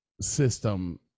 system